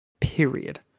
Period